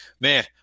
man